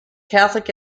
catholic